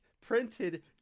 Printed